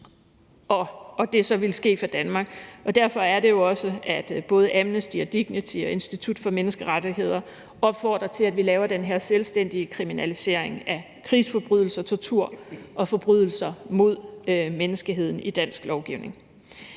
og det så skulle ske for Danmark. Og derfor er det jo også, at både Amnesty og Dignity og Institut for Menneskerettigheder opfordrer til, at vi laver den her selvstændige kriminalisering af krigsforbrydelser, tortur og forbrydelser mod menneskeheden i dansk lovgivning.